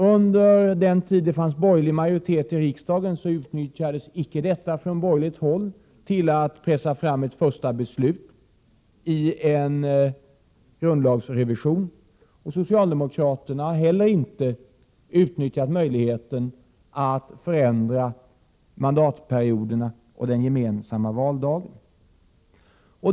Under den tid det fanns borgerlig majoritet i riksdagen utnyttjades icke detta från borgerligt håll till att pressa fram ett första beslut i en grundlagsrevision, och socialdemokraterna har heller inte utnyttjat möjligheten att förändra mandatperioderna och den gemensamma valdagen.